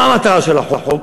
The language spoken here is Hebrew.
מה המטרה של החוק?